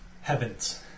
Heavens